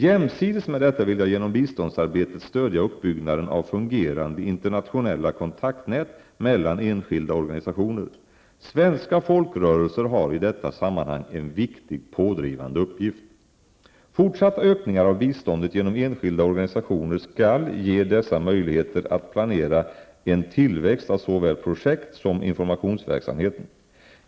Jämsides med detta vill jag genom biståndssamarbetet stödja uppbyggnaden av fungerande internationella kontaktnät mellan enskilda organisationer. Svenska folkrörelser har i detta sammanhang en viktig pådrivande uppgift. Fortsatta ökningar av biståndet genom enskilda organisationer skall ge dessa möjligheter att planera en tillväxt av såväl projekt som informationsverksamheten.